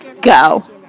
go